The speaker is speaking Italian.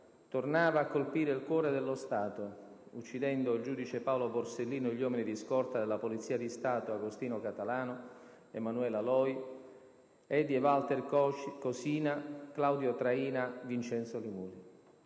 tornava a colpire il cuore dello Stato, uccidendo il giudice Paolo Borsellino e gli uomini di scorta della Polizia di Stato Agostino Catalano, Emanuela Loi, Eddie Walter Cosina, Claudio Traina, Vincenzo Li Muli.